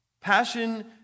Passion